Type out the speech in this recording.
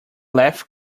lathe